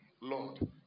Lord